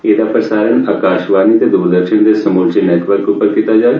एहदा प्रसारण आकाशवाणी ते दूरदर्शन दे समूलचे नेटवर्क उप्पर कीता जाग